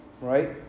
right